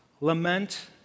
Lament